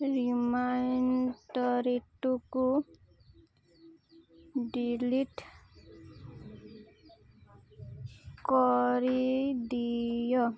ରିମାଇଣ୍ଡର୍ଟିକୁ ଡିଲିଟ୍ କରିଦିଅ